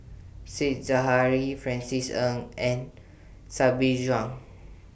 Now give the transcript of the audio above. Said Zahari Francis Ng and Sabri Buang